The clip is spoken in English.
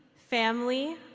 family,